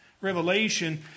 Revelation